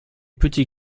petit